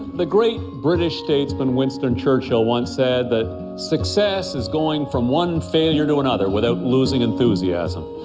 the great british statesman winston churchill once said that success is going from one failure to another without losing enthusiasm.